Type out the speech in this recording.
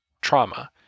trauma